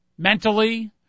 Mentally